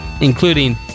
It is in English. including